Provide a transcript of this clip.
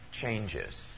changes